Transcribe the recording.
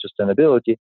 sustainability